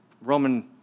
Roman